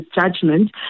judgment